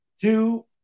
Two